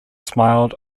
smiled